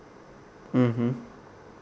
mmhmm